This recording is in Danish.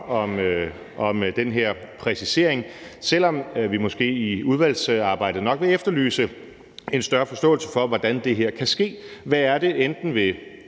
om den her præcisering, selv om vi måske i udvalgsarbejdet nok vil efterlyse en større forståelse for, hvordan det her kan ske. Er det enten